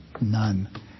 None